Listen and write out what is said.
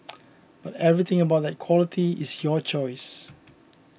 but everything about that quality is your choice